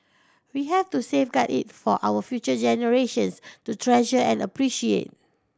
we have to safeguard it for our future generations to treasure and appreciate